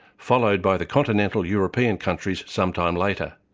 followed by the continental european countries some time later.